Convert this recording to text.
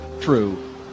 True